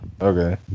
Okay